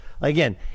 again